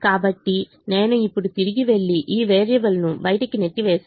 కాబట్టి నేను ఇప్పుడు తిరిగి వెళ్లి ఈ వేరియబుల్ను బయటకు నెట్టివేసాను